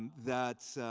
that